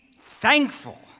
thankful